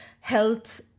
health